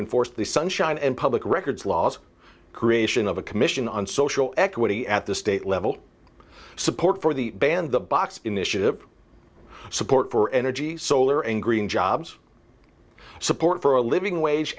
enforce the sunshine and public records laws creation of a commission on social equity at the state level support for the band the box initiative support for energy solar and green jobs support for a living wage